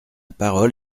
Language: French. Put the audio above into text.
parole